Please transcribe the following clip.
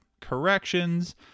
corrections